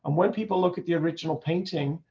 um when people look at the original painting,